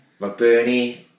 McBurney